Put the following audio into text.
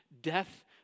death